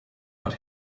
but